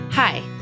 Hi